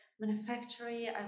manufactory